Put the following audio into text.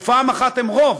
ופעם אחת הם רוב.